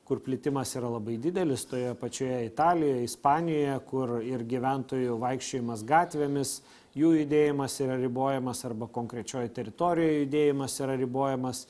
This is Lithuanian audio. kur plitimas yra labai didelis toje pačioje italijoje ispanijoje kur ir gyventojų vaikščiojimas gatvėmis jų judėjimas yra ribojamas arba konkrečioj teritorijoj judėjimas yra ribojamas